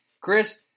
Chris